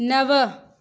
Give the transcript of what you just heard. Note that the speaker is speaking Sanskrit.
नव